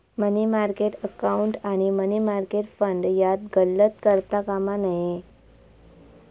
मनी market account आणि money market fund यात गल्लत करता कामा नये